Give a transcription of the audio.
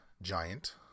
Giant